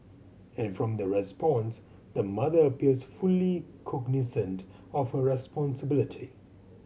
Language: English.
and from the response the mother appears fully cognisant of her responsibility